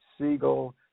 Siegel